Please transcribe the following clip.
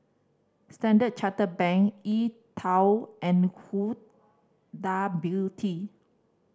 Standard Chartered Bank E Twow and Huda Beauty